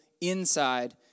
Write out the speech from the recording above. inside